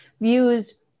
views